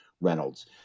Reynolds